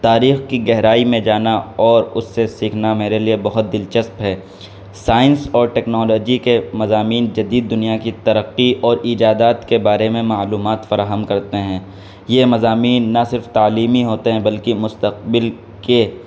تاریخ کی گہرائی میں جانا اور اس سے سیکھنا میرے لیے بہت دلچسپ ہے سائنس اور ٹیکنالوجی کے مضامین جدید دنیا کی ترقی اور ایجادات کے بارے میں معلومات فراہم کرتے ہیں یہ مضامین نہ صرف تعلیمی ہوتے ہیں بلکہ مستقبل کے